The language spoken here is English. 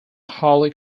holy